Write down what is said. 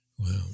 Wow